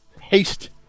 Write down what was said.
haste